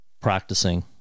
practicing